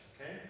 okay